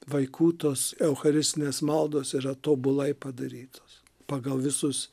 vaikų tos eucharistinės maldos yra tobulai padarytos pagal visus